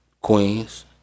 Queens